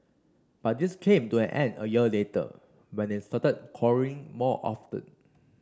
but this came to an end a year later when they started quarrelling more often